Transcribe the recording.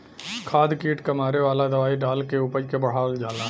खाद कीट क मारे वाला दवाई डाल के उपज के बढ़ावल जाला